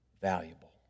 valuable